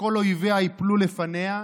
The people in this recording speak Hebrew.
שכל אויביה ייפלו לפניה,